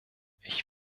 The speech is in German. ich